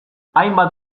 hainbat